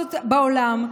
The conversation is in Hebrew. הדמוקרטיות בעולם.